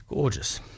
Gorgeous